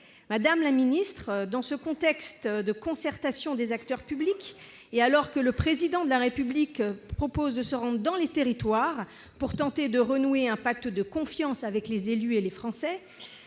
Madame la secrétaire d'État, dans ce contexte de concertation des acteurs publics, et alors que le Président de la République propose de se rendre dans les territoires pour tenter de renouer un pacte de confiance avec les élus et les Français,